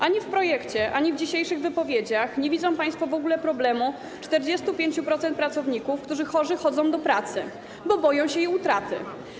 Ani w projekcie, ani w dzisiejszych wypowiedziach nie widzą państwo w ogóle problemu 45% pracowników, którzy chorzy chodzą do pracy, bo boją się jej utraty.